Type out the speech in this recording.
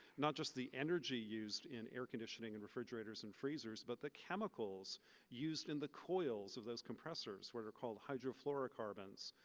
not just the energy used in air-conditioning and refrigerators and freezers, but the chemicals used in the coils of those compressors, where they're called hydro fluorocarbons.